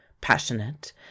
passionate